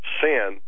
sin